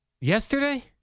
Yesterday